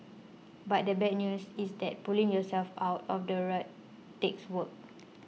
but the bad news is that pulling yourself out of the rut takes work